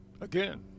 again